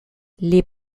les